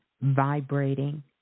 vibrating